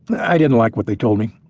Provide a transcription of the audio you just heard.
i didn't like what they told me.